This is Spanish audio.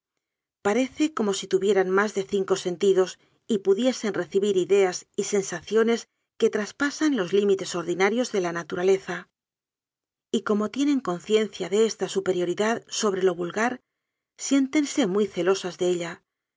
parece como si tuvieran más de cin co sentidos y pudiesen recibir ideas y sensaciones que traspasan los límites ordinarios de la natura leza y como tienen conciencia de esta superiori dad sobre lo vulgar siéntense muy celosas de ella